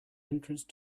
entrance